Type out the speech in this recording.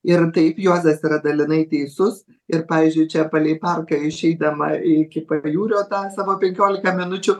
ir taip juozas yra dalinai teisus ir pavyzdžiui čia palei parką išeidama iki pajūrio tą savo penkiolika minučių